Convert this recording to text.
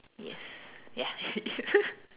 yes ya